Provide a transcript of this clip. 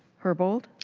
herbold.